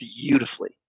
beautifully